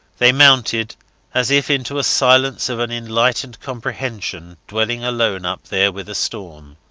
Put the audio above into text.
they mounted as if into a silence of an enlightened comprehension dwelling alone up there with a storm.